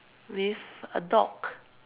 with a dog